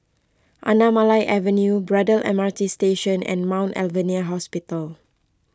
Anamalai Avenue Braddell M R T Station and Mount Alvernia Hospital